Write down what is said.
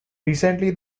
recently